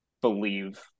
believe